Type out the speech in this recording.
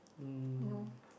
um